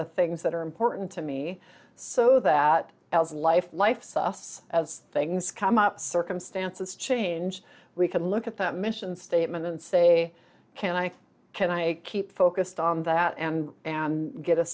the things that are important to me so that else life life's us as things come up circumstances change we can look at that mission statement and say can i can i keep focused on that and get a